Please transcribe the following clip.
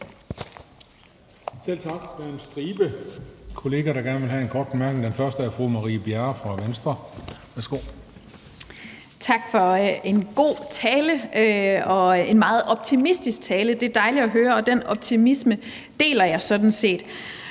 Tak for en god og meget optimistisk tale. Det er dejligt at høre, og den optimisme deler jeg sådan set.